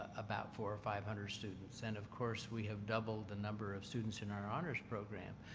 about four or five hundred students and of course we have doubled the number of students in our honors program,